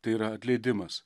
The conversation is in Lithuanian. tai yra atleidimas